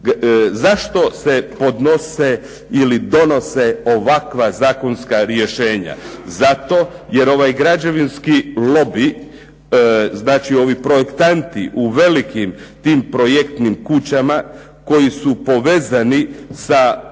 Zašto se donose ovakva zakonska riješena? Zato jer ovaj građevinski lobi, znači ovi projektanti u velikim tim projektnim kućama koji su povezani sa